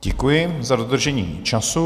Děkuji za dodržení času.